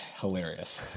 hilarious